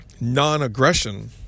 non-aggression